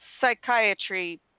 psychiatry